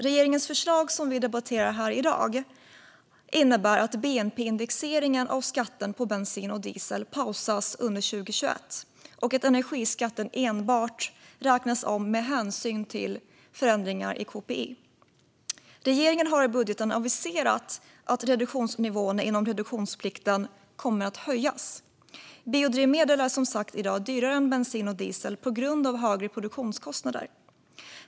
Regeringens förslag som vi debatterar här i dag innebär att bnp-indexeringen av skatten på bensin och diesel pausas under 2021 och att energiskatten enbart räknas om med hänsyn till förändringar i kpi. Regeringen har i budgeten aviserat att reduktionsnivåerna inom reduktionsplikten kommer att höjas. Biodrivmedel är som sagt i dag dyrare än bensin och diesel på grund av högre produktionskostnader.